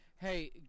hey